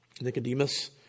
Nicodemus